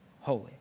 holy